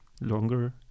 Longer